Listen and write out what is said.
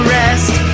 rest